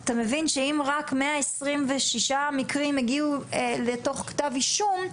אם רק 126 מקרים הגיעו לכדי כתב אישום,